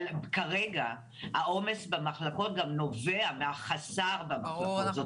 כרגע העומס במחלקות גם נובע מהחסר במחלקות.